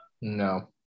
No